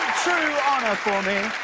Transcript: true honor for me.